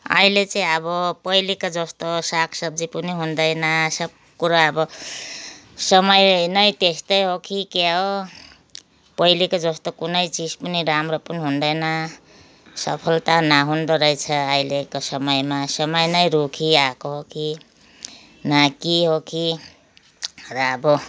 अहिले चाहिँ अब पहिलेको जस्तो सागसब्जी पनि हुँदैन सब कुरो अब समय नै त्यस्तै हो कि के हो पहिलेको जस्तो कुनै चिज पनि राम्रो पनि हुँदैन सफलता नहुँदो रहेछ अहिलेको समयमा समय नै रुखी आएको हो कि न के हो कि र अब